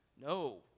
no